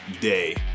day